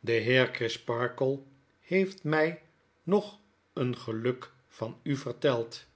de heer crisparkle heeft my nog een geluk van u verteld